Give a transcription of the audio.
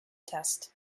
test